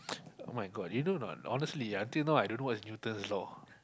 oh my god you know a not honestly until now I don't know what is Newton's Law